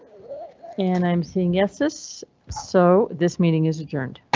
anne, i'm seeing yes this so this meeting is adjourned.